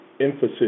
emphasis